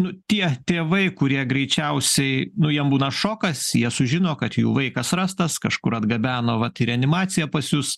nu tie tėvai kurie greičiausiai nu jiem būna šokas jie sužino kad jų vaikas rastas kažkur atgabeno va į reanimaciją pas jus